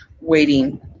waiting